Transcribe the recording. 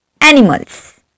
animals